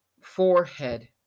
forehead